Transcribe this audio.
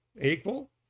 Equal